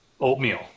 oatmeal